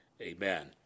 Amen